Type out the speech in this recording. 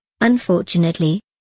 unfortunately